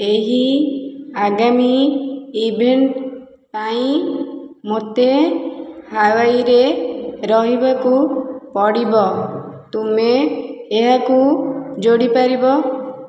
ଏହି ଆଗାମୀ ଇଭେଣ୍ଟ ପାଇଁ ମୋତେ ହାୱାଇରେ ରହିବାକୁ ପଡ଼ିବ ତୁମେ ଏହାକୁ ଯୋଡ଼ିପାରିବ